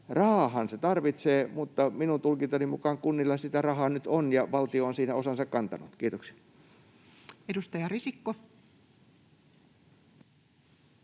Rahaahan siihen tarvitsee, mutta minun tulkintani mukaan kunnilla sitä rahaa nyt on ja valtio on siinä osansa kantanut. — Kiitoksia. [Speech 130]